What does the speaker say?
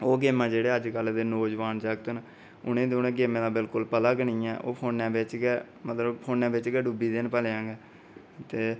ओह् गेमां जेह्डे अजकल दे नौजोआन जागत न उ'नें ई ते उ'नें गेमां दा पता गै नेंई ऐ ओह् फोने च गै मतलब फौनै बिच गै डुब्बी गेदे न भलेआं गै ते